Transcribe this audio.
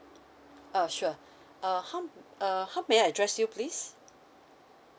uh sure uh how uh how may I address you please